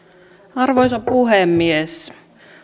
arvoisa puhemies